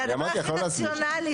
זה הדבר הכי רציונלי.